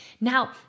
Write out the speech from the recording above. Now